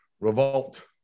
revolt